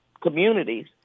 communities